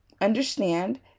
understand